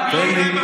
השיטה.